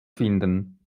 finden